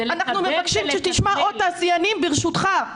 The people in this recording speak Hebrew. אנחנו מבקשים שתשמע עוד תעשיינים, ברשותך.